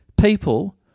people